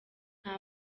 nta